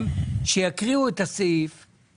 סיום לגמרי?